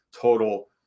total